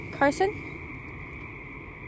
Carson